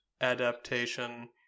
adaptation